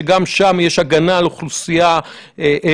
שגם שם יש הגנה על האוכלוסייה מבוגרת.